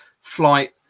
flight